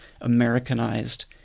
Americanized